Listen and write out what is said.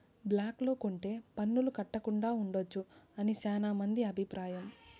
black లో కొంటె పన్నులు కట్టకుండా ఉండొచ్చు అని శ్యానా మంది అభిప్రాయం